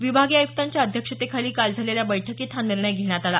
विभागीय आयुक्तांच्या अध्यक्षतेखाली काल झालेल्या बैठकीत हा निर्णय घेण्यात आला